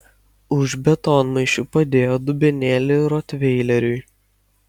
už betonmaišių padėjo dubenėlį rotveileriui